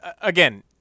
Again